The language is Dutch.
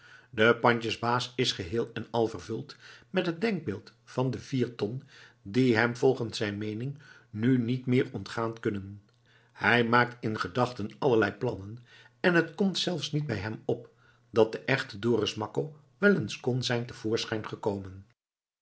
de pandjesbaas is geheel en al vervuld met het denkbeeld van de vier ton die hem volgens zijn meening nu niet meer ontgaan kunnen hij maakt in gedachten allerlei plannen en het komt zelfs niet bij hem op dat de echte dorus makko wel eens kon zijn te voorschijn gekomen